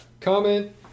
Comment